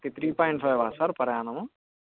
okay three point ఫైవా sir పర్ annum